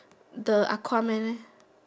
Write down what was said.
the Aquaman